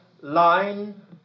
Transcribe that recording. line